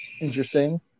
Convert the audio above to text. interesting